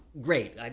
great